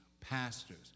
pastors